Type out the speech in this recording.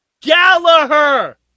Gallagher